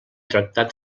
tractat